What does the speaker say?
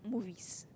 movies